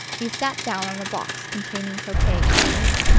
he sat down on a box containing croquet implements,